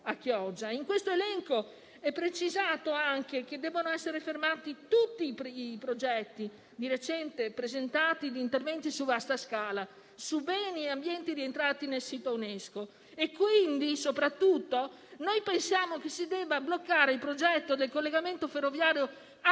In questo elenco è precisato anche che devono essere fermati tutti i progetti di recente presentati per interventi su vasta scala su beni e ambienti rientranti nel sito UNESCO. Soprattutto, pensiamo che si debba bloccare il progetto del collegamento ferroviario a